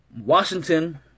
Washington